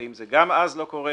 ואם גם אז זה לא קורה,